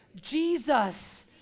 Jesus